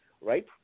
right